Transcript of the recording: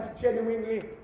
genuinely